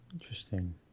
interesting